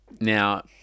Now